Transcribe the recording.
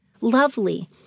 lovely